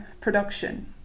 production